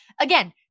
again